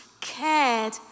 cared